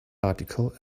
article